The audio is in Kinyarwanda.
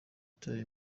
yataye